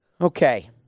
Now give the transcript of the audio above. Okay